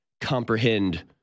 comprehend